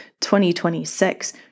2026